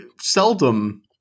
seldom